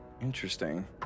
Interesting